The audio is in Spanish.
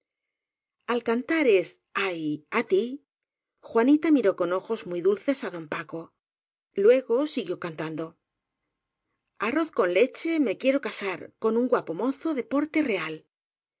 al cantar es ay á tí juanita miró con ojos muy dulces á don paco luego siguió cantando arroz con leche me quiero casar con un guapo mozo de porte real